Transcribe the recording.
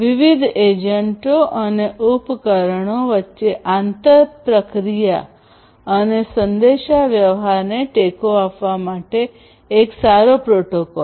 વિવિધ એજન્ટો અને ઉપકરણો વચ્ચે આંતરપ્રક્રિયા અને સંદેશાવ્યવહારને ટેકો આપવા માટે એક સારો પ્રોટોકોલ